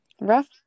Rough